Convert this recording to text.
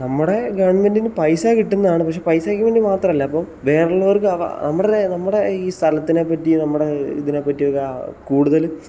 നമ്മുടെ ഗവൺമെൻറ്റിന് പൈസ കിട്ടുന്നതാണ് പക്ഷേ പൈസക്ക് വേണ്ടി മാത്രമല്ല അപ്പം വേറെ ഉള്ളവർക്കും നമ്മുടെ ഇവിടെ ഈ സ്ഥലത്തിനെപ്പറ്റി നമ്മുടെ ഇതിനെപ്പറ്റിയൊക്കെ കൂടുതലും